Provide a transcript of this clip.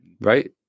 right